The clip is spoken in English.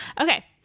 Okay